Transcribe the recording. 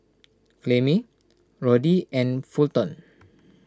Clemmie Roddy and Fulton